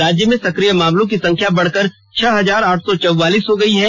राज्य में सक्रिया मामलों की संख्या बढ़कर छह हजार आठ सौ चौवालीस हो गई है